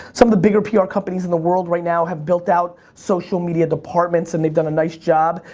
some of the bigger pr companies in the world right now have built out social media departments and they've done a nice job,